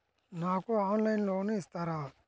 నాకు ఆన్లైన్లో లోన్ ఇస్తారా?